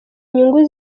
nyungu